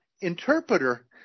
interpreter